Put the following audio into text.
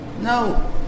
No